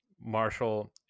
Marshall